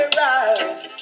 rise